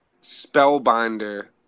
Spellbinder